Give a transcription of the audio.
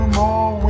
more